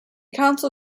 council